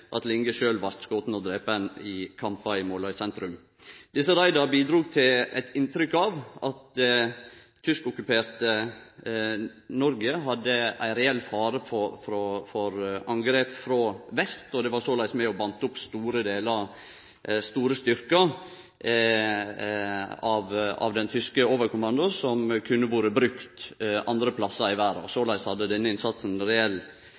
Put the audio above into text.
at Linge sjølv blei skoten og drepen i kampar i Måløy sentrum. Desse raida bidrog til eit inntrykk av at tyskokkuperte Noreg stod overfor ein reell fare for angrep frå vest, og det var såleis med på å binde opp store styrkar av den tyske overkommandoen som kunne vore brukt andre plassar i verda. Såleis hadde denne innsatsen